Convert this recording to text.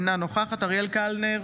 אינה נוכחת אריאל קלנר,